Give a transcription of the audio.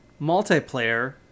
multiplayer